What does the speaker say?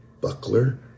buckler